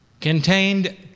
contained